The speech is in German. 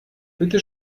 bitte